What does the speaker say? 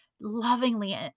lovingly